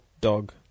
dog